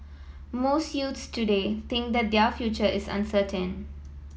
most youths today think that their future is uncertain